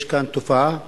יש כאן תופעה קשה,